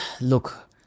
Look